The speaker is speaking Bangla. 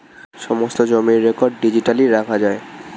সমস্ত জমির রেকর্ড ডিজিটালি রাখা যায়